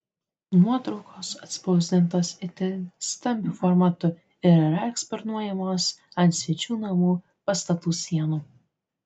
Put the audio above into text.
nuotraukos atspausdintos itin stambiu formatu ir yra eksponuojamos ant svečių namų pastatų sienų